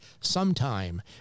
Sometime